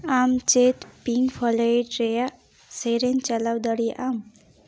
ᱟᱢ ᱪᱮᱫ Pink Floyd ᱨᱮᱭᱟᱜ ᱥᱮᱨᱮᱧ ᱪᱟᱞᱟᱣ ᱫᱟᱲᱮᱭᱟᱜ ᱟᱢ